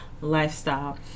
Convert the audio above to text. lifestyle